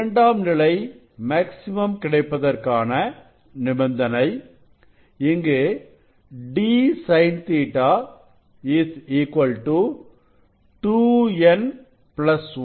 இரண்டாம் நிலை மேக்ஸிமம் கிடைப்பதற்கான நிபந்தனை இங்கு d sin Ɵ 2n1λ2N